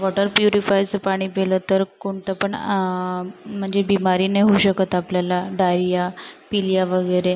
water प्युरीफायरचं पाणी पिलं तर कोणतं पण म्हणजे बिमारी नाही होऊ शकत आपल्याला डायरिया पिलिया वगैरे